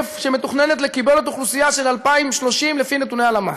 בתוקף שמתוכננות לקיבולת אוכלוסייה של 2030 לפי נתוני הלמ"ס.